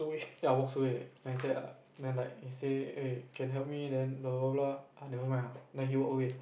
ya walks away then he say uh then like he say eh can help me then blah blah blah ah never mind lah then he walk away